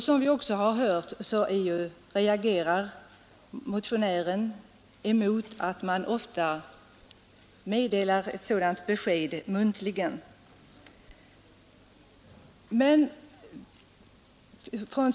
Som vi också har hört anser motionären att ett sådant besked bör meddelas muntligen.